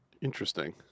interesting